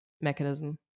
mechanism